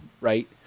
right